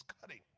cutting